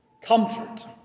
Comfort